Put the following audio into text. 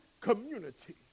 community